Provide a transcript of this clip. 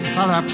Father